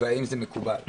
והאם זה מקובל.